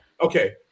Okay